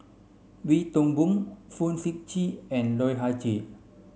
Wee Toon Boon Fong Sip Chee and Loh Ah Chee